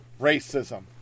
racism